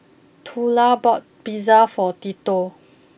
Twyla bought Pizza for